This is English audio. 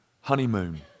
honeymoon